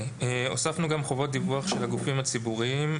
הוספנו גם חובות דיווח של הגופים הציבוריים: